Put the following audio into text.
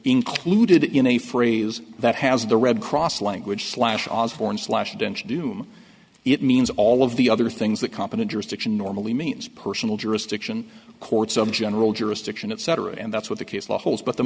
included in a phrase that has the red cross language slash osborne slash dench doom it means all of the other things that competent jurisdiction normally means personal jurisdiction courts of general jurisdiction etc and that's what the case law holds but the